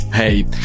Hey